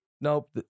nope